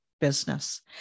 business